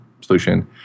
solution